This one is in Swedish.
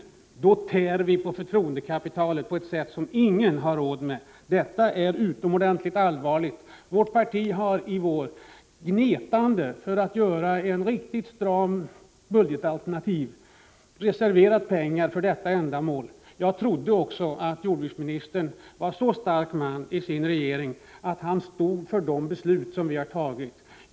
Gör vi det tär vi på förtroendekapitalet på ett sätt som ingen har råd med. Detta är utomordentligt allvarligt. Vårt parti har i vår gnetat för att få fram ett riktigt stramt budgetalternativ och reserverat pengar för detta ändamål. Jag trodde att jordbruksministern var en så stark man inom regeringen att han stod för de beslut som vi fattat.